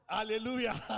Hallelujah